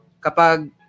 kapag